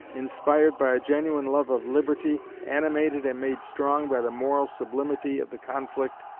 inspired by a genuine love of liberty, animated and made strong by the moral sublimity of the conflict,